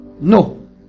No